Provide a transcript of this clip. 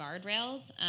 guardrails